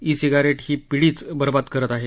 E cigarette ही पिढीच बरबाद करत आहे